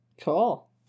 Cool